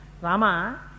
Rama